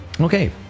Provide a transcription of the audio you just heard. Okay